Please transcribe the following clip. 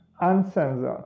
uncensored